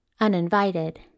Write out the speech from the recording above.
Uninvited